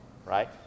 right